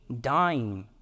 dying